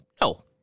No